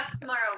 tomorrow